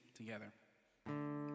together